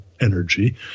energy